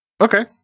Okay